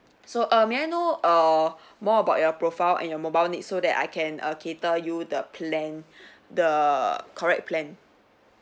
so err may I know err more about your profile and your mobile needs so that I can err cater you the plan the correct plan